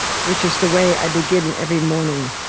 which is the way i begin every morning.